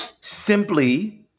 Simply